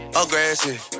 aggressive